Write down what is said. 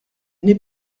n’est